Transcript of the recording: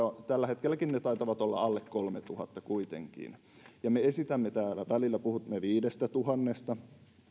tälläkin hetkellä ne taitavat olla alle kolmentuhannen kuitenkin jatkuvasti me esitämme täällä määriä välillä puhumme viidestätuhannesta